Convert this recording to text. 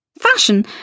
Fashion